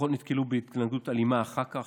הכוחות נתקלו בהתנגדות אלימה אחר כך,